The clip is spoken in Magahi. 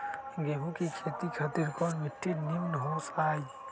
गेंहू की खेती खातिर कौन मिट्टी निमन हो ताई?